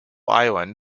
island